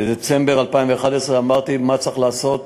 בדצמבר 2011, אמרתי מה צריך לעשות